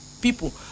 people